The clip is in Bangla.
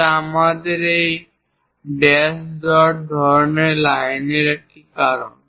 যা আমাদের এই ড্যাশ ডট ধরণের লাইনগুলির একটি কারণ